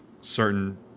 certain